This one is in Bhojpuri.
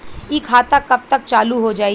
इ खाता कब तक चालू हो जाई?